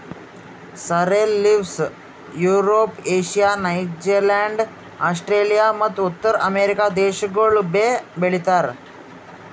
sorrel leaves Europe, Asia, New Zealand, Australia ಮತ್ತ ಉತ್ತರ America ದೇಶಗೊಳ್ ಬೆ ಳಿತಾರ್